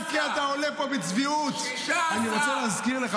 הם שותפים שלי?